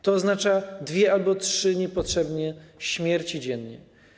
To oznacza dwie albo trzy niepotrzebne śmierci dziennie.